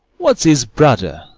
what's his brother,